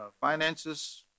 finances